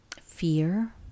fear